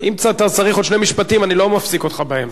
אם אתה צריך עוד שני משפטים אני לא מפסיק אותך באמצע.